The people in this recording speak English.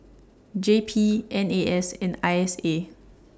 J P N A S and I S A